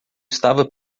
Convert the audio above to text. estava